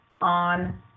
on